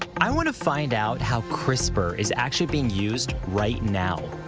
i want to find out how crispr is actually being used right now.